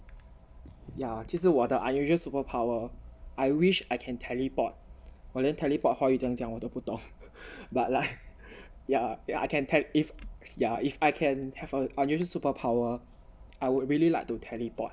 ya 其实我的 unusual superpower I wish I can teleport 我连 teleport 华语这样讲我都不懂 but like yeah yeah I can te~ if ya if I can have a unusual superpower I would really like to teleport